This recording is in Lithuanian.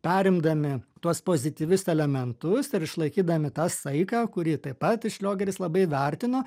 perimdami tuos pozityvius elementus ir išlaikydami tą saiką kurį taip pat šliogeris labai vertino